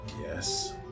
Yes